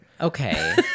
okay